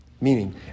Meaning